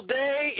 day